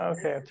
Okay